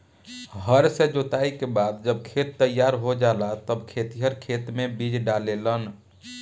हर से जोताई के बाद जब खेत तईयार हो जाला तब खेतिहर खेते मे बीज डाले लेन